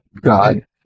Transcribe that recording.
God